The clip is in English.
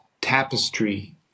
tapestry